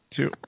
two